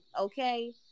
Okay